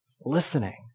listening